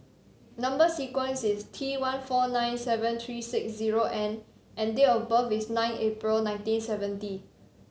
number sequence is T one four nine seven three six zero N and date of birth is nine April nineteen seventy